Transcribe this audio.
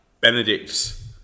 Benedict's